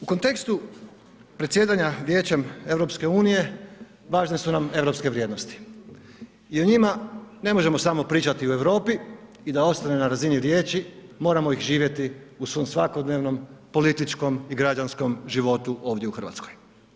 U kontekstu predsjedanja Vijećem EU važne su nam europske vrijednosti i o njima ne možemo samo pričati u Europi i da ostane na razini riječi, moramo ih živjeti u svom svakodnevnom političkom i građanskom životu ovdje u Hrvatskoj.